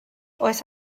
oes